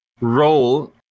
role